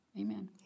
Amen